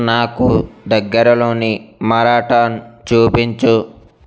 నాకు దగ్గరలోని మారథాన్ చూపించు